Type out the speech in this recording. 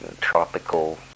tropical